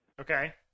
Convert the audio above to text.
Okay